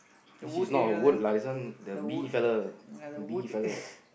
this is not word lah this one the bee fella bee fella